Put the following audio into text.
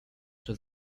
czy